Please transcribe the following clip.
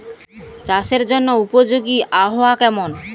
চাষের জন্য উপযোগী আবহাওয়া কেমন?